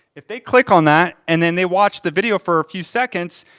if they click on that, and then they watch the video for a few seconds,